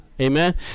Amen